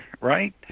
right